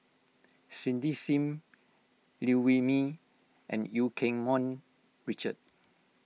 Cindy Sim Liew Wee Mee and Eu Keng Mun Richard